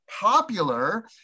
popular